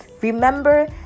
Remember